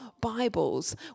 Bibles